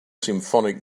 symphonic